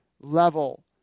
level